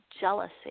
jealousy